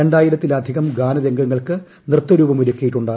രണ്ടായിരത്തിലധികം ഗാനരംഗങ്ങൾക്ക് നൃത്തരൂപം ഒരുക്കിയിട്ടുണ്ട്